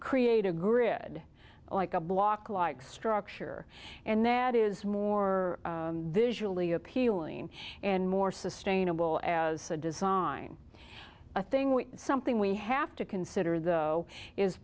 create a grid like a block like structure and that is more visually appealing and more sustainable as a design a thing with something we have to consider th